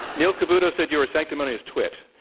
neil cavuto said you were a sanctimonious twit.